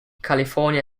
california